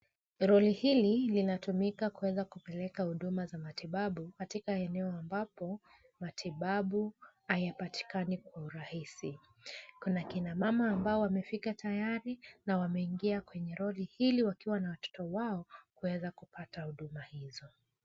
Lori hili linatumika kuweza kupeleka huduma za matibabu katika eneo ambapo matibabu hayapatikani kwa urahisi. Kuna kina mama ambao wamefika tayari na wameingia kwenye lori hili wakiwa na watoto wao kuweza kupata huduma hizo.